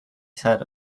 said